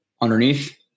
underneath